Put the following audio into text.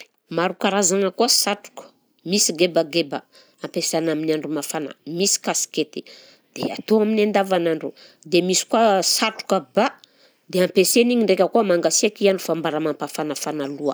Maro karazagna koa satroka, misy gebageba ampiasaina amin'ny andro mafana, misy kasikety dia atao amin'ny andavanandro, dia misy koa satroka ba, dia ampiasaina igny ndraika koa mangasiaka i andro fa ambara mampafanafana loha.